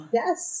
yes